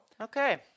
Okay